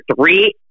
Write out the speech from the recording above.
three